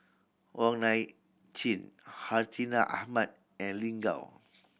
Wong Nai Chin Hartinah Ahmad and Lin Gao